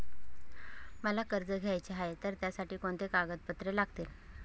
मला कर्ज घ्यायचे आहे तर त्यासाठी कोणती कागदपत्रे लागतील?